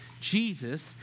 Jesus